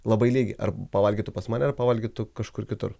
labai lygi ar pavalgytų pas mane pavalgytų kažkur kitur